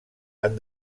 han